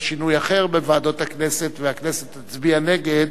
שינוי אחר בוועדות הכנסת והכנסת תצביע נגד,